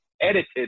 edited